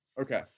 Okay